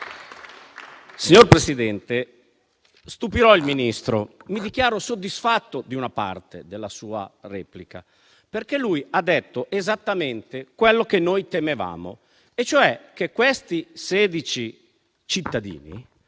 Signor Presidente, stupirò il Ministro: mi dichiaro soddisfatto di una parte della sua replica, perché ha detto esattamente quello che noi temevamo, cioè che quei 16 cittadini